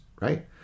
right